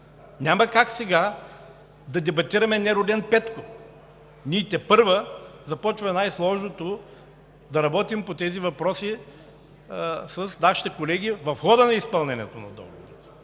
Няма как сега да дебатираме нероден Петко. Ние тепърва започваме най-сложното – да работим по тези въпроси с нашите колеги в хода на изпълнението на договорите.